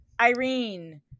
Irene